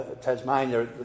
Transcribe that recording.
Tasmania